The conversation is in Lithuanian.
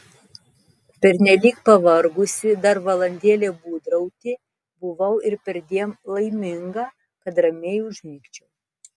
pernelyg pavargusi dar valandėlę būdrauti buvau ir perdėm laiminga kad ramiai užmigčiau